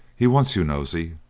he wants you, nosey,